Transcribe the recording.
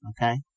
okay